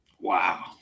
Wow